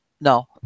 no